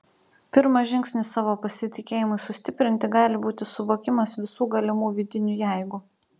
pirmas žingsnis savo pasitikėjimui sustiprinti gali būti suvokimas visų galimų vidinių jeigu